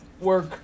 work